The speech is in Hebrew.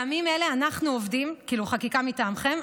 זאת אומרת חקיקה מטעמכם,